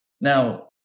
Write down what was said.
Now